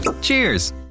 Cheers